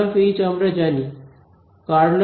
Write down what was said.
এখন ∇× H আমরা জানি